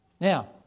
Now